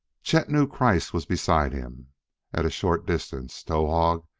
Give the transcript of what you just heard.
chet knew kreiss was beside him at a short distance, towahg,